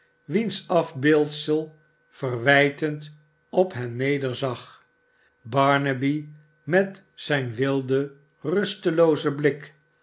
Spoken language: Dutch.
wiens afbeeldsel verwijtend op hen nederzag barnaby met zijn wilden rusteloozen blik